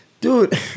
dude